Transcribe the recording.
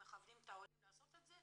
הם מכוונים את העולים לעשות את זה?